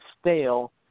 stale